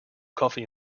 coffee